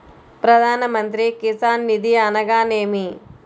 ప్రధాన మంత్రి కిసాన్ నిధి అనగా నేమి?